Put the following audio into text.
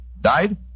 Died